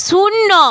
শূন্য